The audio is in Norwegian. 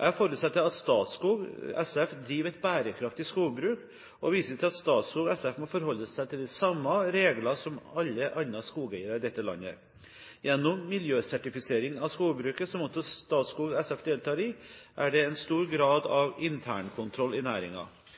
Jeg forutsetter at Statskog SF driver et bærekraftig skogbruk, og viser til at Statskog SF må forholde seg til de samme regler som alle andre skogeiere i dette landet. Gjennom miljøsertifisering av skogbruket, som også Statskog SF deltar i, er det en stor grad